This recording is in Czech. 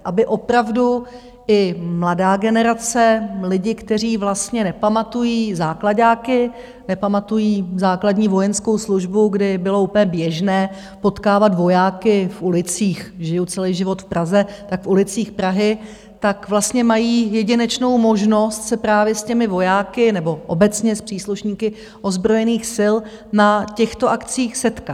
Aby opravdu i mladá generace, lidi, kteří vlastně nepamatují záklaďáky, nepamatují základní vojenskou službu, kdy bylo úplně běžné potkávat vojáky v ulicích žiju celý život v Praze, tak v ulicích Prahy tak vlastně mají jedinečnou možnost se právě s těmi vojáky nebo obecně s příslušníky ozbrojených sil na těchto akcích setkat.